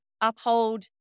uphold